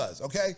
okay